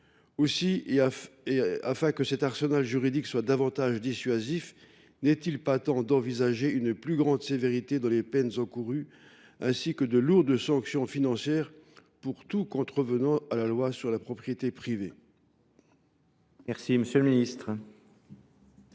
Aussi, afin que cet arsenal juridique soit davantage dissuasif, n’est il pas temps d’envisager une plus grande sévérité dans les peines encourues ainsi que de lourdes sanctions financières pour tout contrevenant à la loi sur la propriété privée ?